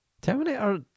Terminator